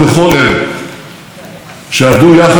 בצה"ל ובגופי הביטחון,